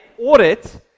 audit